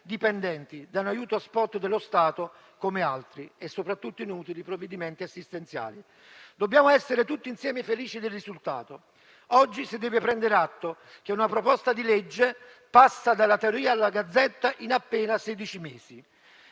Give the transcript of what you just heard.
dipendenti da un aiuto *spot* dello Stato, come altri inutili provvedimenti assistenziali. Dobbiamo essere tutti insieme felici del risultato. Oggi si deve prendere atto che una proposta di legge passa dalla teoria alla *Gazzetta Ufficiale* in